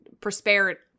prosperity